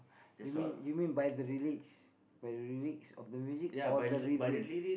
you mean you mean by the lyrics by the lyrics of the music or the rhythm